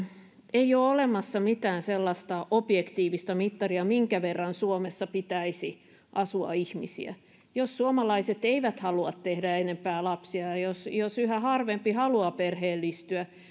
ei ole olemassa mitään sellaista objektiivista mittaria minkä verran suomessa pitäisi asua ihmisiä jos suomalaiset eivät halua tehdä enempää lapsia ja ja jos jos yhä harvempi haluaa perheellistyä